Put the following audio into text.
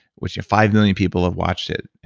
which five million people have watched it,